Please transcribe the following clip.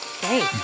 great